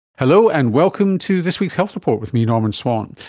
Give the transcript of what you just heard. hello, and welcome to this week's health report with me, norman swan.